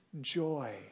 joy